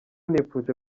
nifuje